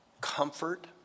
comfort